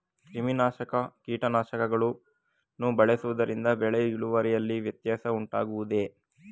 ಕ್ರಿಮಿನಾಶಕ ಕೀಟನಾಶಕಗಳನ್ನು ಬಳಸುವುದರಿಂದ ಬೆಳೆಯ ಇಳುವರಿಯಲ್ಲಿ ವ್ಯತ್ಯಾಸ ಉಂಟಾಗುವುದೇ?